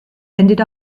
ended